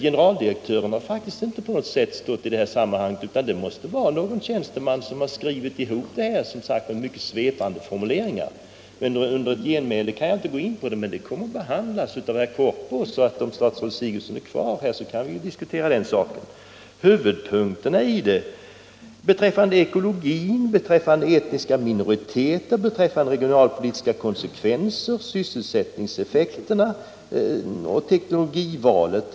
Generaldirektören har inte varit med i detta sammanhang, utan det måste ha varit någon tjänsteman som har skrivit ihop promemorian med dess mycket svepande formuleringar. Något genmäle skall jag inte gå in på här, men frågan kommer att behandlas av herr Korpås, så om fru statsrådet är kvar i kammaren kan vi diskutera saken senare. När man planerar så stora projekt som detta, bör man då inte beakta huvudpunkterna — beträffande ekologin, etniska minoriteter, regionalpolitiska konsekvenser, sysselsättningseffekter och teknologivalet?